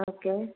okay